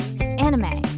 Anime